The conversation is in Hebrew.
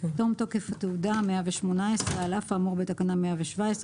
118.תום תוקף התעודה על אף האמור בתקנה 117,